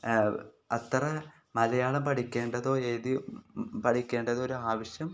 അത്ര മലയാളം പഠിക്കേണ്ടതോ എഴുതി പഠിക്കേണ്ടത് ഒരാവശ്യം